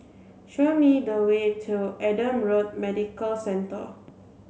show me the way to Adam Road Medical Centre